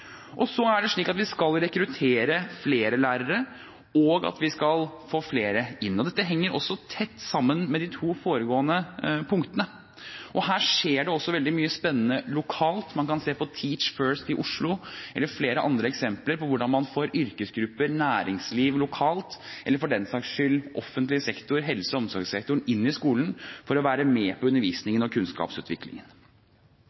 Så er det slik at vi skal rekruttere flere lærere, at vi skal få flere inn, og dette henger også tett sammen med de to foregående punktene. Her skjer det også veldig mye spennende lokalt. Man kan se på Teach First i Oslo eller flere andre eksempler og se hvordan man får yrkesgrupper, næringslivet lokalt eller for den saks skyld offentlig sektor, helse- og omsorgssektoren, inn i skolen for å være med på undervisningen og kunnskapsutviklingen.